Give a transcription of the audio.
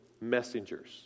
messengers